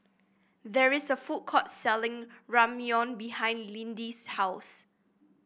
there is a food court selling Ramyeon behind Lidie's house